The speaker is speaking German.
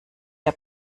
der